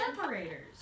separators